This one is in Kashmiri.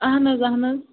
اَہَن حظ اَہَن حظ